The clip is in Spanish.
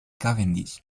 cavendish